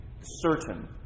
certain